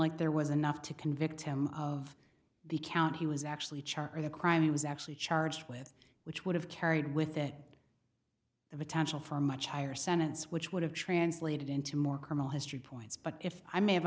like there was enough to convict him of the count he was actually charged with a crime he was actually charged with which would have carried with it the potential for a much higher sentence which would have translated into more criminal history points but if i may have